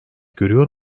görüyor